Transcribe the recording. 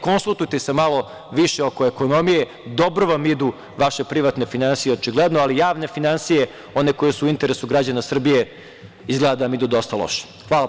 Konsultujte se malo više oko ekonomije, dobro vam idu vaše privatne finansije očigledno, ali javne finansije, one koje su u interesu građana Srbije izgleda da vam idu dosta loše.